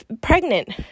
pregnant